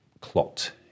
clot